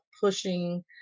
pushing